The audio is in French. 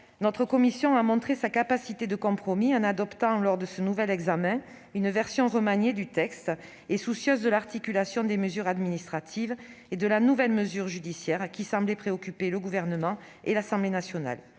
notre commission a démontré sa capacité à élaborer un compromis en adoptant, lors de ce nouvel examen, une version remaniée du texte. Elle s'est montrée soucieuse de l'articulation des mesures administratives et de la nouvelle mesure judiciaire qui semblait préoccuper le Gouvernement et l'Assemblée nationale.